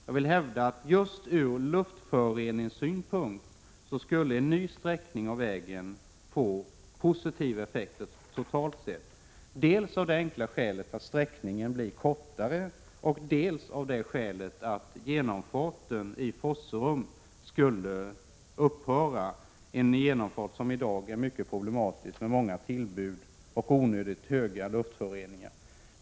Jag vill hävda att en ny sträckning av vägen just med tanke på luftföroreningar skulle få positiva effekter totalt sett, dels av det enkla skälet att sträckningen blir kortare, dels av det skälet att genomfarten i Forserum skulle upphöra. Den genomfarten är i dag mycket problematisk med många tillbud och onödigt omfattande luftföroreningar.